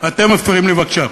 אתם מפריעים לי, בבקשה.